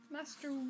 Master